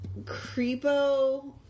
creepo